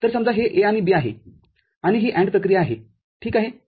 तरसमजा हे A आणि B आहे आणि ही AND प्रक्रिया आहे ठीक आहे